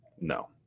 no